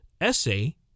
essay